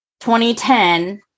2010